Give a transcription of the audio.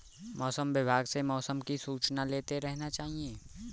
मौसम विभाग से मौसम की सूचना लेते रहना चाहिये?